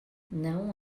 não